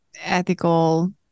ethical